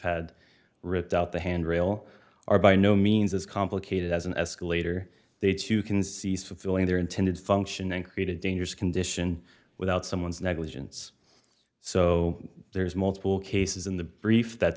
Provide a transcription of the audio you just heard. had ripped out the handrail are by no means as complicated as an escalator they too can cease fulfilling their intended function and create a dangerous condition without someone's negligence so there's multiple cases in the brief that